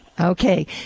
Okay